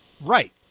Right